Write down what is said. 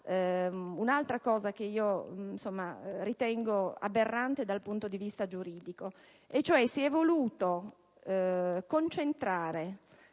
un'altra norma che io ritengo aberrante dal punto di vista giuridico. Si è voluto infatti concentrare